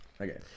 Okay